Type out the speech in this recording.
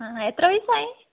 എത്ര വയസ്സായി